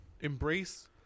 embrace